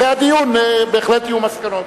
אחרי הדיון בהחלט יהיו מסקנות.